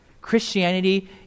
Christianity